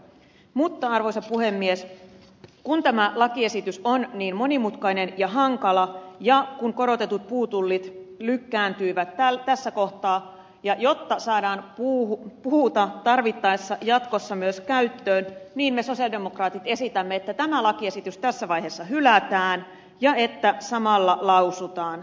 mutta arvoisa puhemies kun tämä lakiesitys on niin monimutkainen ja hankala ja kun korotetut puutullit lykkääntyivät tässä kohtaa ja jotta saadaan puuta tarvittaessa jatkossa myös käyttöön niin me sosialidemokraatit esitämme että tämä lakiesitys tässä vaiheessa hylätään ja että samalla lausutaan